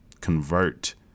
convert